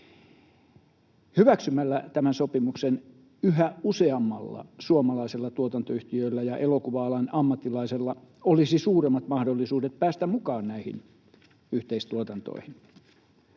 Hyväksymällä tämän sopimuksen yhä useammalla suomalaisella tuotantoyhtiöllä ja elokuva-alan ammattilaisella olisi suuremmat mahdollisuudet päästä mukaan näihin yhteistuotantoihin.